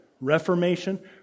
reformation